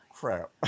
crap